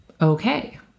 okay